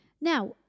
Now